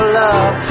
love